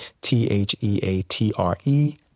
T-H-E-A-T-R-E